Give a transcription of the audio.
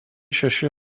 šeši